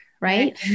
right